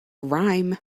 rhyme